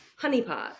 honeypot